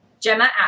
Gemma